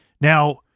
Now